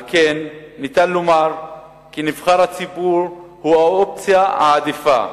על כן ניתן לומר כי נבחר הציבור הוא האופציה העדיפה,